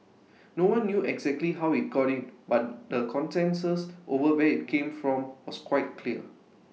no one knew exactly how IT got in but the consensus over where IT came from was quite clear